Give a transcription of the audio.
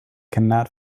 cannot